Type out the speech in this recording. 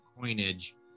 coinage